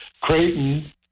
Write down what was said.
Creighton